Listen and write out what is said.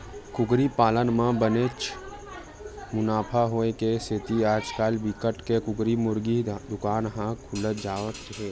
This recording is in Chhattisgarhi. कुकरी पालन म बनेच मुनाफा होए के सेती आजकाल बिकट के कुकरी मुरगी दुकान ह खुलत जावत हे